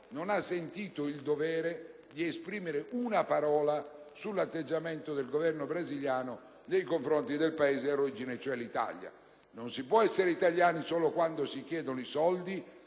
non ha sentito il dovere di esprimere una parola sull'atteggiamento del Governo brasiliano nei confronti del loro Paese di origine. Non si può essere italiani solo quando si chiedono i soldi.